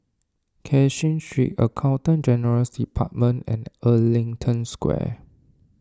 Cashin Street Accountant General's Department and Ellington Square